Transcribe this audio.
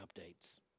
updates